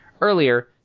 Earlier